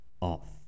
off